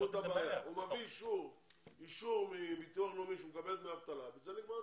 הוא מביא אישור מביטוח לאומי שהוא מקבל דמי אבטלה ובזה נגמר הסיפור.